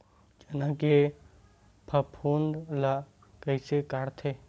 चना के फफूंद ल कइसे हटाथे?